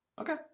Okay